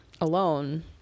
alone